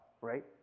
right